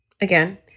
again